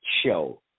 show